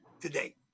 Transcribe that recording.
today